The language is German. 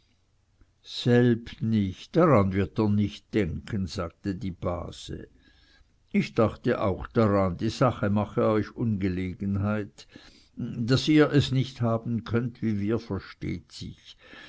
selb nicht daran wird er nicht denken sagte die base ich dachte auch daran die sache mache euch ungelegenheit daß ihr es nicht haben könnt wie wir versteht sich